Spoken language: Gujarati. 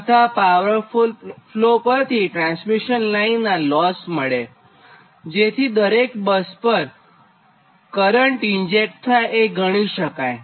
તથા પાવર ફ્લો પરથી ટ્રાન્સમિશન લાઇનનાં લોસ મળે જેથી દરેક બસ પર કરંટ ઇન્જેક્ટ થાય છે એ ગણી શકાય